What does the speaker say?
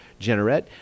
Generette